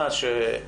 ההבנה